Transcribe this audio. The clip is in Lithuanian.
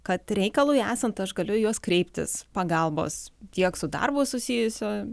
kad reikalui esant aš galiu juos kreiptis pagalbos tiek su darbu susijusio